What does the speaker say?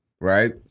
right